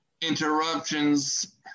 interruptions